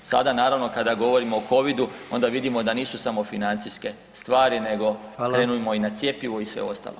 Sada naravno kada govorimo o covidu onda vidimo da nisu samo financijske stvari nego [[Upadica: Hvala]] krenimo i na cjepivo i na sve ostalo.